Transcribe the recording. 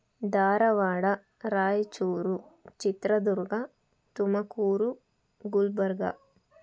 Dharwad Raichur Chitradurga Tumakuru Gulbarga